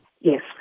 Yes